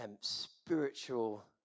spiritual